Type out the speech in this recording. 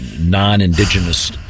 non-indigenous